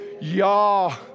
Yah